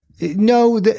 No